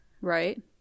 Right